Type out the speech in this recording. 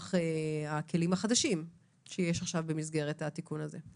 נוכח הכלים החדשים שיש עכשיו במסגרת התיקון הזה.